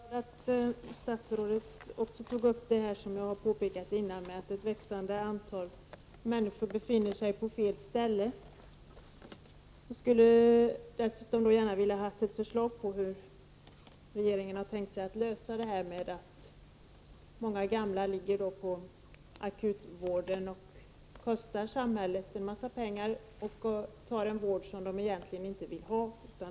Fru talman! Jag är glad att statsrådet tog upp det som jag redan har påpekat, att ett växande antal människor befinner sig på fel ställe. Jag skulle dessutom gärna vilja få ett förslag om hur regeringen har tänkt sig att lösa problemen med att många gamla ligger på sjukhusens akutvårdsavdelningar, där vården kostar mycket pengar. Det är en vård som de egentligen inte vill ha.